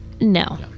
No